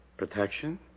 protection